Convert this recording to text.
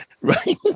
right